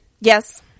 Yes